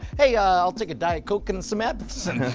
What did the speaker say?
hey, i'll take a diet coke and some absinthe.